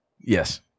Yes